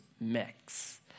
mix